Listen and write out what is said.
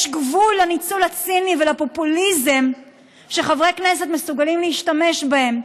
יש גבול לניצול הציני ולפופוליזם שחברי כנסת מסוגלים להשתמש בהם.